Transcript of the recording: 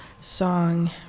song